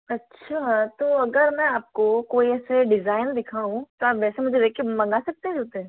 अच्छा तो अगर मैं आपको कोई ऐसे डिज़ाइन दिखाऊँ तो आप वैसा मुझे देख कर मंगा सकते हैं जूते